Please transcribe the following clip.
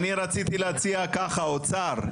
אני רציתי להציע ככה: אוצר,